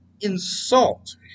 insult